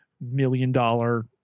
million-dollar